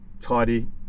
tidy